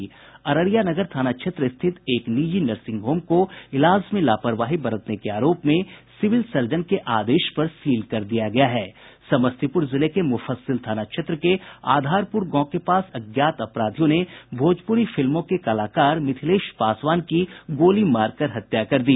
अररिया नगर थाना क्षेत्र स्थित एक निजी नर्सिंग होम को इलाज में लापरवाही बरतने के आरोप में सिविल सर्जन के आदेश पर सील कर दिया गया है समस्तीपुर जिले के मुफस्सिल थाना क्षेत्र के आधारपुर गांव के पास अज्ञात अपराधियों ने भोजपुरी फिल्मों के कलाकार मिथिलेश पासवान की गोली मारकर हत्या कर दी